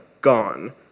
gone